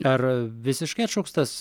ar visiškai atšauktas